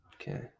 okay